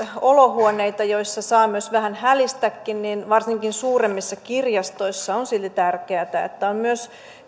olohuoneita joissa saa vähän hälistäkin niin varsinkin suuremmissa kirjastoissa on silti tärkeätä että on myös